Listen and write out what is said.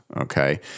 okay